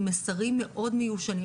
עם מסרים מאוד מיושנים,